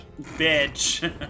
bitch